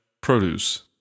produce